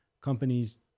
companies